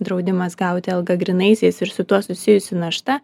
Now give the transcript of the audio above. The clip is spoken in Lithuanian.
draudimas gauti algą grynaisiais ir su tuo susijusi našta